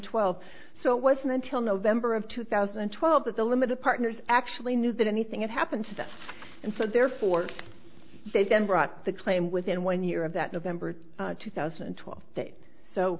twelve so it wasn't until november of two thousand and twelve that the limited partners actually knew that anything had happened to this and so therefore they then brought the claim within one year of that november two thousand and twelve